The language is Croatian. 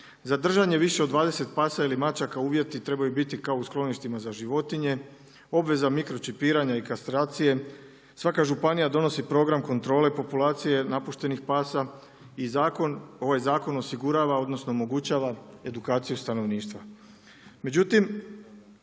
za držanje više od 20 pasa ili mačaka uvjeti trebaju biti kao u skloništima za životinje, obveza mikročipiranja i kastracije. Svaka županija donosi program kontrole populacije napuštenih pasa i ovaj zakon osigurava odnosno omogućava edukaciju stanovništva.